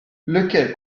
lequel